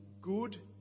good